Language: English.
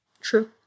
True